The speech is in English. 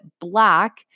black